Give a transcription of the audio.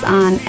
on